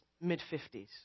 mid-50s